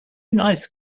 nice